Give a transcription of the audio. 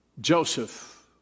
Joseph